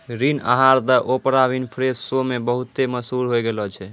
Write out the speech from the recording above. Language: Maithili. ऋण आहार द ओपरा विनफ्रे शो मे बहुते मशहूर होय गैलो छलै